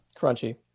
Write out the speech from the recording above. Crunchy